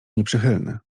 nieprzychylny